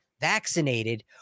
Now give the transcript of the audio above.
vaccinated